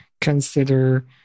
consider